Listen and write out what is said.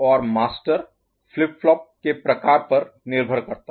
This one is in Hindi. और मास्टर फ्लिप फ्लॉप के प्रकार पर निर्भर करता है